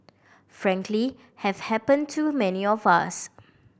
frankly have happen to many of us